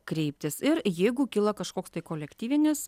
kreiptis ir jeigu kilo kažkoks tai kolektyvinis